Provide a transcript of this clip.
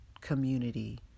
community